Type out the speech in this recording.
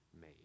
made